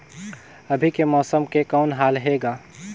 अभी के मौसम के कौन हाल हे ग?